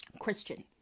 Christian